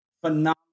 phenomenal